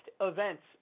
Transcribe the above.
events